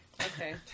Okay